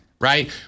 Right